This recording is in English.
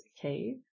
Cave